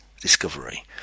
discovery